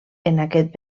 aquest